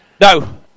No